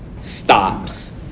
stops